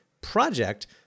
project